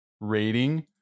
rating